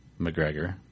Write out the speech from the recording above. McGregor